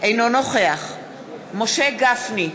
אינו נוכח משה גפני,